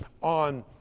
on